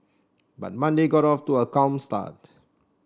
but Monday got off to a calm start